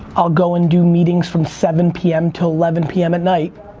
i'll go and do meetings from seven pm to eleven pm at night.